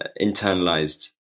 internalized